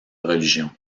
religion